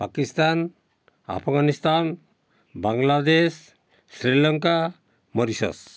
Pakistan Afghanistan Bangladesh Sri Lanka Mauritius